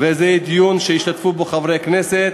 זה דיון שישתתפו בו חברי כנסת,